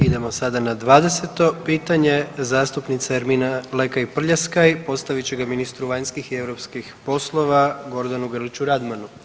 Idemo sada na 20. pitanje, zastupnica Ermina Lekaj Prljeskaj postavit će ga ministru vanjskih i europskih poslova Gordanu Grliću Radmanu.